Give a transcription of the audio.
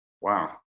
wow